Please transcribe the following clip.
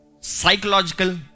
psychological